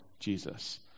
Jesus